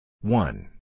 One